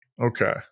Okay